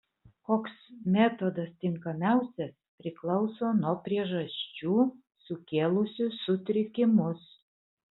koks metodas tinkamiausias priklauso nuo priežasčių sukėlusių sutrikimus